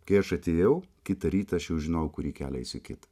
kai aš atėjau kitą rytą aš jau žinojau kurį kelią eisiu kitą